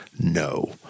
No